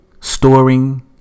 storing